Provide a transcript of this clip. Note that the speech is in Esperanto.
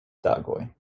tagoj